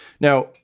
Now